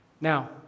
Now